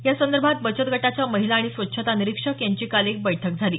यासंदर्भात बचत गटाच्या महिला आणि स्वच्छता निरीक्षक यांची काल एक बैठक झाली